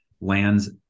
lands